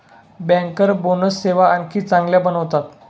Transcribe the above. banker bonus सेवा आणखी चांगल्या बनवतात